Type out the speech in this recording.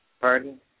Pardon